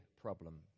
problem